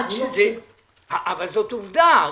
--- אבל זאת עובדה.